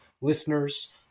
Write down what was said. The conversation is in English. Listeners